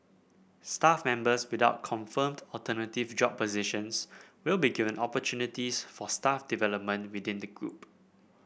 staff members without confirmed alternative job positions will be given opportunities for staff development within the group